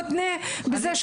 אומרת-